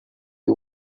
you